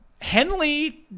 Henley